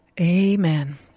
Amen